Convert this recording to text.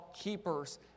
keepers